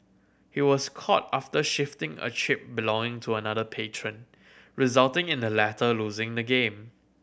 he was caught after shifting a chip belonging to another patron resulting in the latter losing the game